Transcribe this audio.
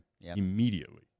immediately